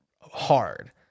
hard